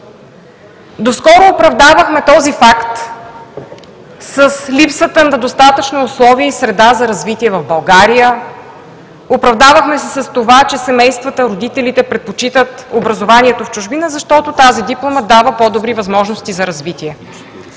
Доскоро оправдавахме този факт с липсата на достатъчно условия и среда за развитие в България, оправдавахме се с това, че семействата, родителите предпочитат образованието в чужбина, защото тази диплома дава по-добри възможности за развитие.